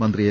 മന്ത്രി എ